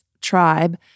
tribe